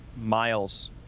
miles